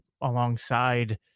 alongside